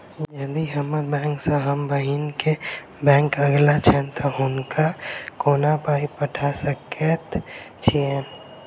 यदि हम्मर बैंक सँ हम बहिन केँ बैंक अगिला छैन तऽ हुनका कोना पाई पठा सकैत छीयैन?